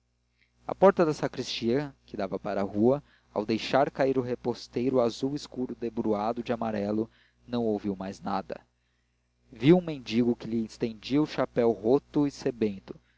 à porta da sacristia que dava para a rua ao deixar cair o reposteiro azul escuro debruado de amarelo não ouviu mais nada viu um mendigo que lhe estendia o chapéu roto e sebento